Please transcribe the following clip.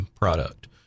product